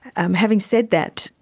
um having said that,